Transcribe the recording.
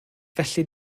felly